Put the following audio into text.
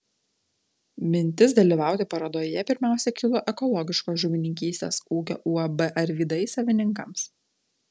mintis dalyvauti parodoje pirmiausia kilo ekologiškos žuvininkystės ūkio uab arvydai savininkams